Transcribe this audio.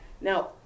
Now